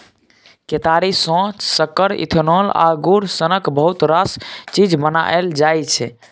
केतारी सँ सक्कर, इथेनॉल आ गुड़ सनक बहुत रास चीज बनाएल जाइ छै